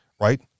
right